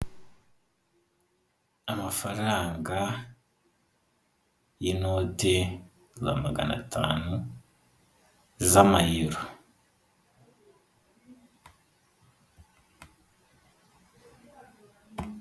Amafaranga y'inote za magana atanu, z'amayero.